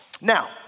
Now